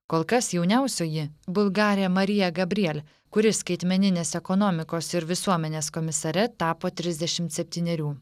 kol kas jauniausioji bulgarė marija gabriel kuri skaitmeninės ekonomikos ir visuomenės komisare tapo trisdešim septynerių